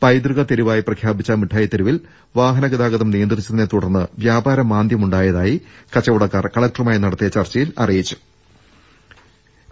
പൈതൃക തെരുവായി പ്രഖ്യാപിച്ച മിഠായിത്തെരുവിൽ വാഹനഗതാഗതം നിയന്ത്രി ച്ചതിനെ തുടർന്ന് വ്യാപാര മാന്ദ്യം ഉണ്ടായതായി കച്ചവട ക്കാർ കലക്ടറുമായി നടത്തിയ ചർച്ചയിൽ അറിയിച്ചിരുന്നു